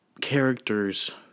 characters